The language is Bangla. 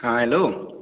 হ্যাঁ হ্যালো